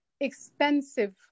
expensive